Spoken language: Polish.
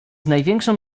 największą